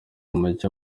muke